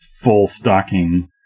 full-stocking